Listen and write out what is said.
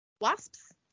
Wasps